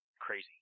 crazy